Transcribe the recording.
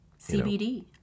CBD